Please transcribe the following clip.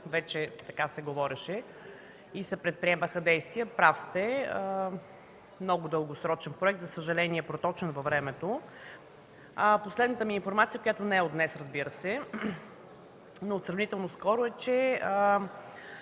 вече се говореше и се предприемаха действия. Прав сте, много дългосрочен проект, за съжаление, проточен във времето. Последната ми информация, която не е от днес, разбира се, но е от сравнително скоро, е, че